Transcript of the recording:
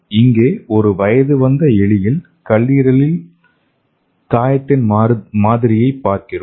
இங்கே ஒரு வயது வந்த எலியில் கல்லீரல் காயத்தின் மாதிரியை பார்க்கிறோம்